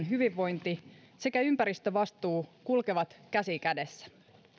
hyvinvointi sekä ympäristövastuu kulkevat käsi kädessä